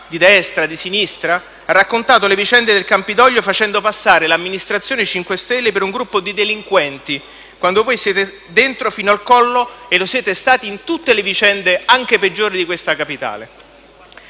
di destra e di sinistra, ha raccontato le vicende del Campidoglio facendo passare l'amministrazione 5 Stelle per un gruppo di delinquenti, quando voi siete dentro fino al collo, e lo siete stati anche in passato, in tutte le vicende - anche le peggiori - di questa Capitale: